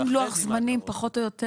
אין לוח זמנים פחות או יותר?